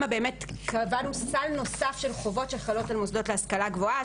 באמת קבענו סל נוסף של חובות שחלות על המוסדות להשכלה גבוהה.